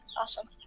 Awesome